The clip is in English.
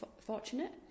fortunate